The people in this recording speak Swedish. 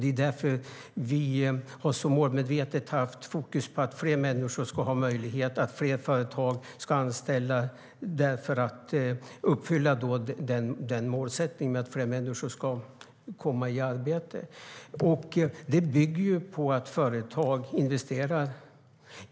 Det är för att uppfylla den målsättningen, alltså att fler människor ska komma i arbete, vi så målmedvetet har haft fokus på att fler människor ska få den möjligheten och på att fler företag ska anställa. Det bygger på att företag investerar.